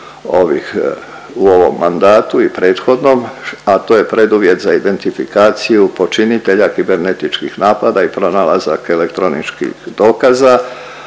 u ovom mandatu i prethodnom, a to je preduvjet za identifikaciju počinitelja kibernetičkih napada i pronalazaka elektroničkih dokaza.